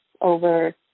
over